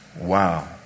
Wow